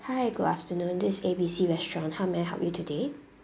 hi good afternoon this is A B C restaurant how may I help you today